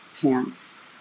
pants